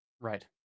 Right